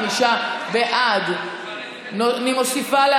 ההצעה להעביר את הצעת חוק הצעת חוק שכר שווה לעובדת ולעובד